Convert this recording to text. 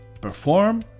perform